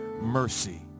mercy